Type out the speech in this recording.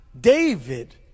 David